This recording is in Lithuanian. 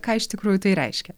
ką iš tikrųjų tai reiškia